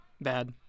Bad